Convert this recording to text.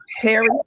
Perry